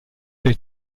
the